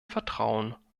vertrauen